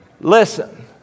Listen